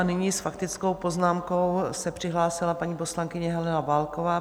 Nyní s faktickou poznámkou se přihlásila paní poslankyně Helena Válková.